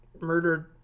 murdered